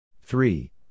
three